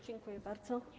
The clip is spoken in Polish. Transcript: Dziękuję bardzo.